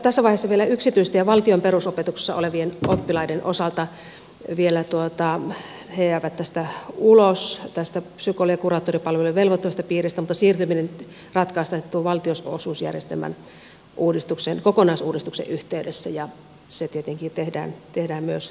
tässä vaiheessa vielä yksityisessä ja valtion perusopetuksessa olevat oppilaat jäävät ulos tästä psykologi ja kuraattoripalveluiden velvoittavasta piiristä mutta siirtyminen ratkaistaan valtionosuusjärjestelmän kokonaisuudistuksen yhteydessä ja se tietenkin tehdään myös nopealla aikataululla